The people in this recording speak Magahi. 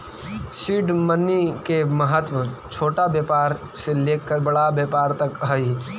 सीड मनी के महत्व छोटा व्यापार से लेकर बड़ा व्यापार तक हई